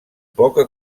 poca